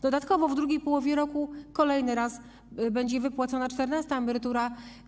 Dodatkowo w drugiej połowie roku kolejny raz będzie wypłacona czternasta emerytura.